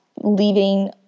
leaving